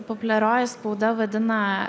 populiarioji spauda vadina